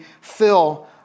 fill